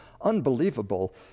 unbelievable